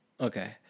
okay